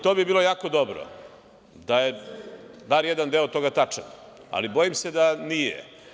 To bi bilo jako dobro da je bar jedan deo toga tačan, ali bojim se da nije.